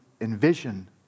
envision